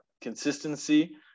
consistency